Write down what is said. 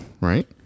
Right